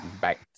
back